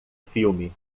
filme